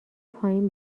پایین